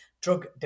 drug